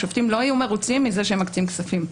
השופטים לא היו מרוצים מזה שמקצים כספים.